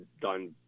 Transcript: done